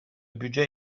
budget